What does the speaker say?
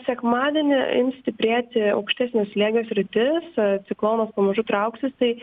sekmadienį ims stiprėti aukštesnio slėgio sritis ciklonas pamažu trauksis tai